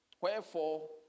Wherefore